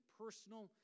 personal